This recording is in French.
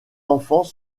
enfants